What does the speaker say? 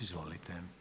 Izvolite.